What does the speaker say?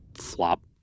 flop